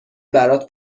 برات